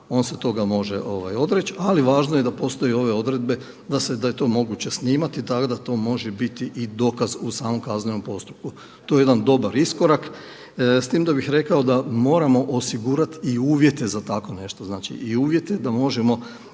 on se toga može odreći. Ali važno je da postoje ove odredbe da je to moguće snimati i tada to može biti i dokaz u samom kaznenom postupku. To je jedan dobar iskorak, s tim da bih rekao da moramo osigurati i uvjete za tako nešto, znači i uvjete da možemo